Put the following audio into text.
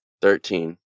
Thirteen